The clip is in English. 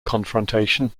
confrontation